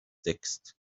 text